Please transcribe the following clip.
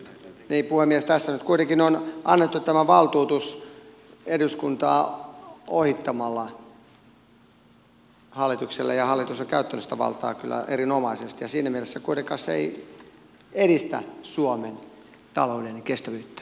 niin puhemies tässä nyt kuitenkin on annettu tämä valtuutus eduskuntaa ohittamalla hallitukselle ja hallitus on käyttänyt sitä valtaa kyllä erinomaisesti ja siinä mielessä kuitenkaan se ei edistä suomen talouden kestävyyttä